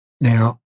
Now